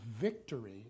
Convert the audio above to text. victory